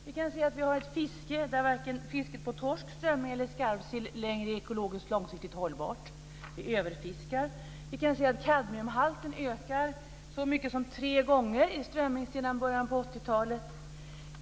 Vi kan se att varken fisket på torsk, strömming eller skarvsill längre är ekologiskt långsiktigt hållbart. Vi överfiskar. Vi kan se att kadmiumhalten ökat så mycket som tre gånger i strömming sedan början på 80-talet.